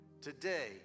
today